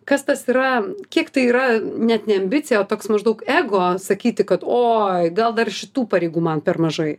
kas tas yra kiek tai yra net ne ambicija o toks maždaug ego sakyti kad oi gal dar šitų pareigų man per mažai